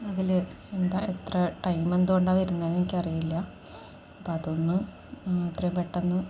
അതില് എന്താണിത്ര ടൈമെന്തു കൊണ്ടാണു വരുന്നതെന്ന് എനിക്കറിയില്ല അപ്പോള് അതൊന്ന് എത്രയും പെട്ടെന്ന്